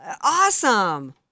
awesome